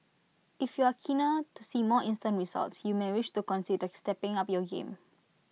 if you're keener to see more instant results you may wish to consider stepping up your game